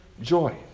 joy